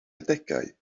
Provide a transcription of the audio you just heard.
adegau